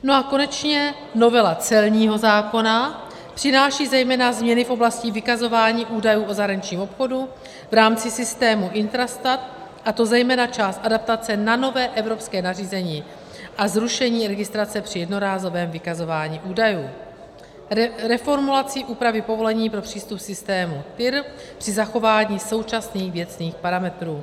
No a konečně novela celního zákona přináší zejména změny v oblasti vykazování údajů o zahraničním obchodu v rámci systému Intrastat, a to zejména část adaptace na nové evropské nařízení, a zrušení registrace při jednorázovém vykazování údajů, reformulaci úpravy povolení pro přístup k systému TIR při zachování současných věcných parametrů.